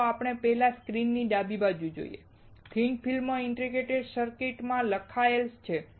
ચાલો પહેલા સ્ક્રીનની ડાબી બાજુ જોઈએ અને તે થિન ફિલ્મ ઇન્ટિગ્રેટેડ સર્કિટ માં લખાયેલ છે